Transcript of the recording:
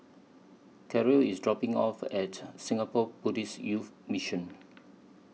Karel IS dropping off At Singapore Buddhist Youth Mission